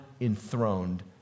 enthroned